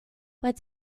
what